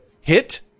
hit